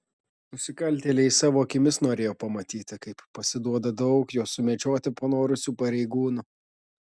nusikaltėliai savo akimis norėjo pamatyti kaip pasiduoda daug juos sumedžioti panorusių pareigūnų